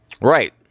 Right